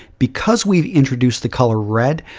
because we introduce the color red,